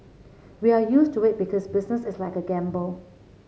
we are used to it because business is like a gamble